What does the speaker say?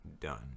done